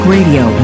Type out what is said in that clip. Radio